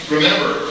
Remember